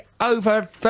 over